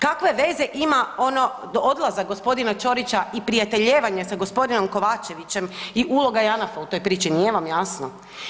Kakve veze ima ono odlazak gospodina Ćorića i prijateljevanje sa gospodinom Kovačevićem i uloga JANAF-a u toj priči, nije vam jasno.